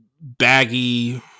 baggy